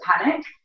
panic